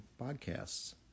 podcasts